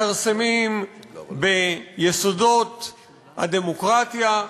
מכרסמים ביסודות הדמוקרטיה.